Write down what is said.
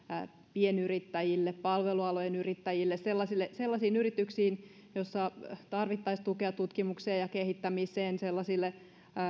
pienyrittäjille palvelualojen yrittäjille sellaisiin yrityksiin joissa tarvittaisiin tukea tutkimukseen ja kehittämiseen sellaisille